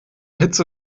hitze